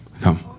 Come